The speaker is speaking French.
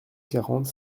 quarante